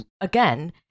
again